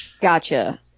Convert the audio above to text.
Gotcha